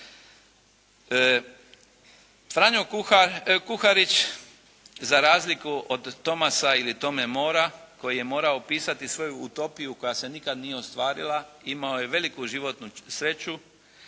Franjo Kuharić za razliku od Thomasa ili Tome Morrea koji je morao pisati svoju utopiju koja se nikad nije ostvarila imao je veliku životnu sreću